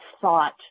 thought